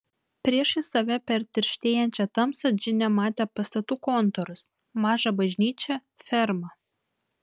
priešais save per tirštėjančią tamsą džinė matė pastatų kontūrus mažą bažnyčią fermą